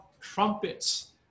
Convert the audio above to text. trumpets